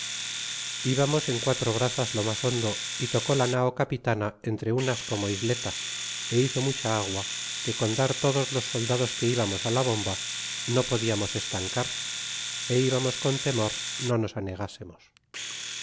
lbamos en quatro brazas lo mas hondo y tocó la nao capitana entre unas como isletas é hizo mucha agua que con dar todos los soldados que ibarnos á la bomba no podíamos estancar ó ibamos con temor no nos